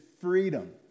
freedom